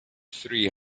three